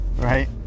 right